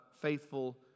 faithful